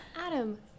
Adam